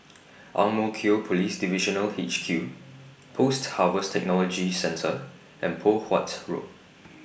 Ang Mo Kio Police Divisional H Q Post Harvest Technology Centre and Poh Huat Road